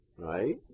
right